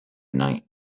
night